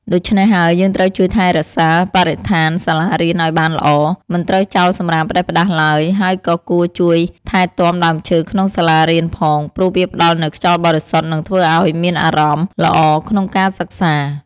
ដូច្នេះហើយយើងត្រូវជួយថែរក្សាបរិស្ថានសាលារៀនឱ្យបានល្អ មិនត្រូវចោលសំរាមផ្តេសផ្តាស់ឡើយហើយក៏គួរជួយថែទាំដើមឈើក្នុងសាលាផងព្រោះវាផ្តល់នូវខ្យល់បរិសុទ្ធនិងធើ្វឱ្យមានអារម្មណ៍ល្អក្នុងការសិក្សា។